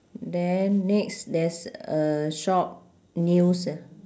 then next there's a shop news uh